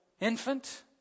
infant